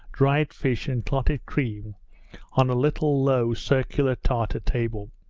dried fish, and clotted cream on a little low, circular tartar table.